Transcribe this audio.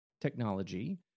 technology